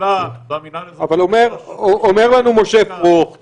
שמתחילה במינהל האזרחי --- אבל אומר לנו משה פרוכט,